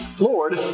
Lord